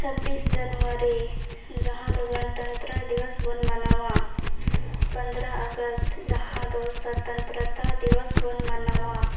ᱪᱷᱟᱵᱽᱵᱤᱥ ᱡᱟᱱᱩᱣᱟᱨᱤ ᱡᱟᱦᱟᱸᱫᱚ ᱜᱚᱱᱛᱚᱱᱛᱨᱚ ᱫᱤᱵᱚᱥᱵᱚᱱ ᱢᱟᱱᱟᱣᱟ ᱯᱚᱸᱫᱽᱨᱚ ᱟᱜᱚᱥᱴ ᱡᱟᱦᱟᱸᱫᱚ ᱥᱚᱛᱚᱱᱛᱨᱚᱛᱚ ᱫᱤᱵᱚᱥᱵᱚᱱ ᱢᱟᱱᱟᱣᱟ